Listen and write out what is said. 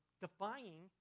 defying